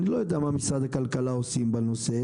אני לא יודע מה משרד הכלכלה עושה בנושא,